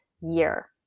year